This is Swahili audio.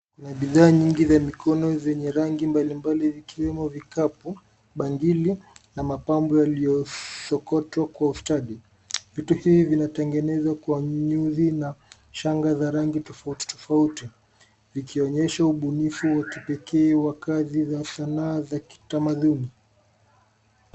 Kuna bidhaa nyingi za mikono zenye rangi mbalimbali ikiwemo mikapu, bangili na mapambo yaliyosokotwa kwa ustadi. Viti hivi vimetengenezwa kwa nyuzi na shanga za rangi tofauti tofauti vikionyesha ubunifu wa kipekee wa kazi za sanaa za kitamaduni.